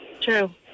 True